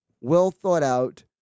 well-thought-out